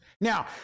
Now